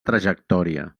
trajectòria